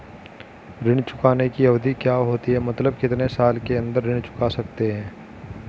ऋण चुकाने की अवधि क्या होती है मतलब कितने साल के अंदर ऋण चुका सकते हैं?